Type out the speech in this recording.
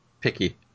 picky